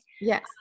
Yes